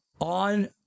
On